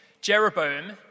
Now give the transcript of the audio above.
Jeroboam